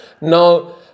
Now